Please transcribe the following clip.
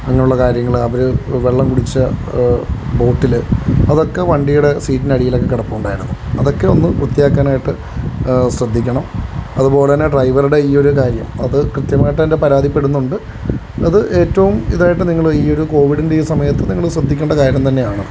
അങ്ങനെയുള്ള കാര്യങ്ങള് അത് വെള്ളം കുടിച്ച ബോട്ടില് അതൊക്കെ വണ്ടിയുടെ സീറ്റിന് അടിയിലൊക്കെ കിടപ്പുണ്ടായിരുന്നു അതൊക്കെ ഒന്ന് വൃത്തിയാക്കാനായിട്ട് ശ്രദ്ധിക്കണം അതുപോലെ തന്നെ ഡ്രൈവറുടെ ഈ ഒരു കാര്യം കൃത്യമായിട്ടെന്നെ പരാതിപ്പെടുന്നുണ്ട് അത് ഏറ്റവും ഇതായിട്ട് നിങ്ങള് ഈ ഒരു കോവിഡിൻ്റെ ഈ സമയത്ത് നിങ്ങള് ശ്രദ്ധിക്കണ്ട കാര്യം തന്നെയാണ്